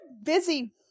Busy